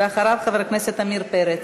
ואחריו, חבר הכנסת עמיר פרץ.